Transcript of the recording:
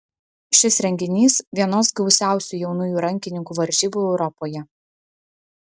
šis renginys vienos gausiausių jaunųjų rankininkų varžybų europoje